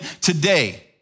today